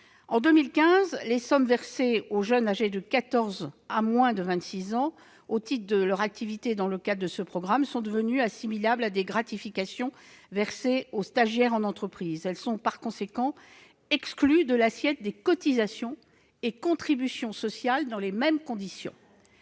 En 2015, les sommes versées aux jeunes âgés de 14 ans à moins de 26 ans, au titre de leur activité dans le cadre de ce programme, sont devenues assimilables à des gratifications versées aux stagiaires en entreprise. Elles sont par conséquent exclues de l'assiette des cotisations et contributions sociales dans les mêmes conditions.